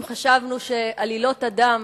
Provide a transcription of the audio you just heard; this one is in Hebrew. אם חשבנו שעלילות הדם